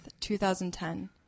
2010